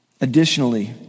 Additionally